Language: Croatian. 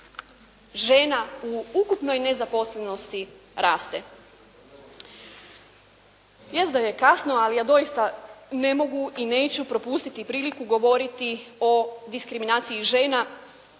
žena u ukupnoj nezaposlenosti raste. Jest da je kasno ali ja doista ne mogu i neću propustiti priliku govoriti o diskriminaciji žena.